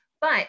but-